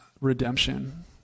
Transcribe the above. redemption